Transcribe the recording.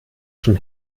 schon